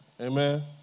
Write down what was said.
Amen